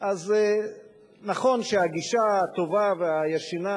אז נכון שהגישה הטובה והישנה,